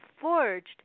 forged